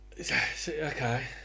Okay